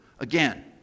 again